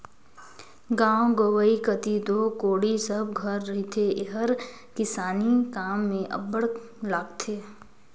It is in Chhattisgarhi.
गाँव गंवई कती दो कोड़ी सब घर रहथे एहर किसानी काम मे अब्बड़ लागथे